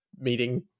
meeting